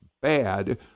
bad